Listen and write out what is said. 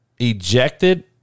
Ejected